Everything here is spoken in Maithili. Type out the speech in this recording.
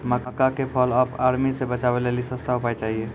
मक्का के फॉल ऑफ आर्मी से बचाबै लेली सस्ता उपाय चाहिए?